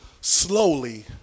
slowly